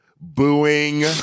booing